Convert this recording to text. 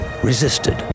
Resisted